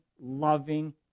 loving